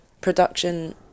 production